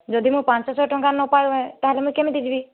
ଯଦି ମୁଁ ପାଞ୍ଚ ଶହ ଟଙ୍କା ନ ପାଏ ତାହେଲେ ମୁଇଁ କେମିତି ଯିବି